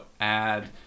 add